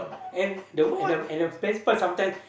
and the and the and the best part some time